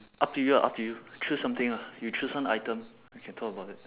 up to you ah up to you choose something ah you choose one item we can talk about it